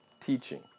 teaching